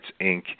Inc